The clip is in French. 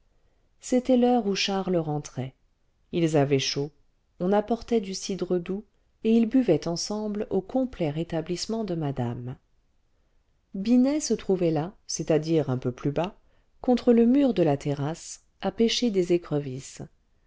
c'était l'heure où charles rentrait ils avaient chaud on apportait du cidre doux et ils buvaient ensemble au complet rétablissement de madame binet se trouvait là c'est-à-dire un peu plus bas contre le mur de la terrasse à pêcher des écrevisses